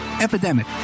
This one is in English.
Epidemic